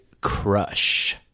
Crush